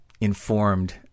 informed